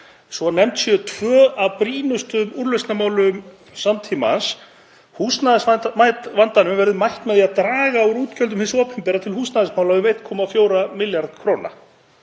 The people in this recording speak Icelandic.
Svo nefnd séu tvö af brýnustu úrlausnarmálum samtímans: Húsnæðisvandanum verður mætt með því að draga úr útgjöldum hins opinbera til húsnæðismála um 1,4 milljarða kr.